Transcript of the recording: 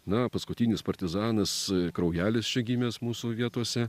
na paskutinis partizanas kraujelis čia gimęs mūsų vietose